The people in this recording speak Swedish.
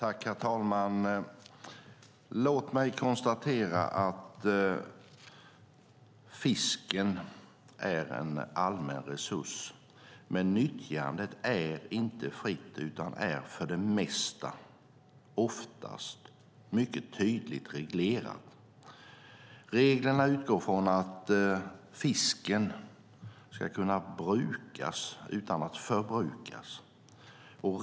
Herr talman! Låt mig konstatera att fisken är en allmän resurs, men nyttjandet är inte fritt utan är för det mesta - oftast - mycket tydligt reglerat. Reglerna utgår från att fisken ska kunna brukas utan att förbrukas.